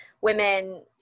women